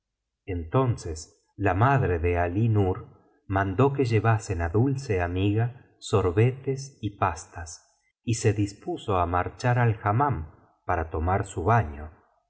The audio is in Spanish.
entonces la madre de alí nur mandó que llevasen á dulce amiga sorbetes y pastas y se dispuso á marchar al hammam para tomar su baño